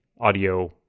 audio